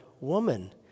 woman